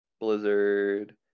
Blizzard